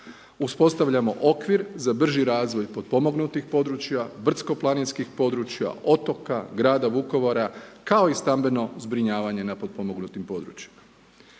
Uspostavljamo okvir za brži razvoj potpomognutih područja, brdsko-planinskih područja, otoka, grada Vukovara kao i stambeno zbrinjavanje na potpomognutim područjima.